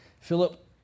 Philip